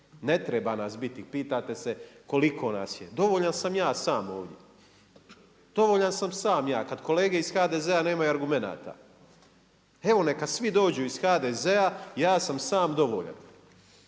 ne treba nas biti, pitate se koliko nas je, dovoljan sam ja sam ovdje, dovoljan sam sam ja, kada kolege iz HDZ-a nemaju argumenata. Evo neka svi dođu iz HDZ-a ja sam sam dovoljan